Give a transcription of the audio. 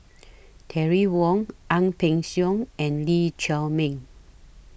Terry Wong Ang Peng Siong and Lee Chiaw Meng